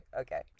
okay